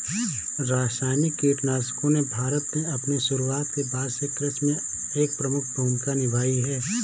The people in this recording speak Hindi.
रासायनिक कीटनाशकों ने भारत में अपनी शुरूआत के बाद से कृषि में एक प्रमुख भूमिका निभाई हैं